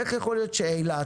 איך יכול להיות שאילת,